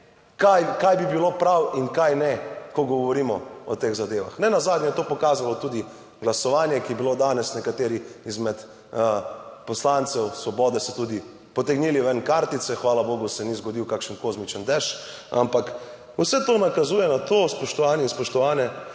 kaj bi bilo prav in kaj ne, ko govorimo o teh zadevah. Nenazadnje je to pokazalo tudi glasovanje, ki je bilo danes, nekateri izmed poslancev Svobode so tudi potegnili ven kartice. Hvala bogu se ni zgodil kakšen kozmičen dež, ampak vse to nakazuje na to, spoštovani in spoštovane,